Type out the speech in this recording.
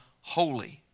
Holy